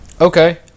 okay